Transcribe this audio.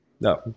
No